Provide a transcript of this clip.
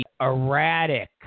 erratic